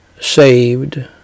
saved